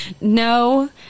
no